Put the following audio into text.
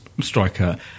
striker